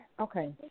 okay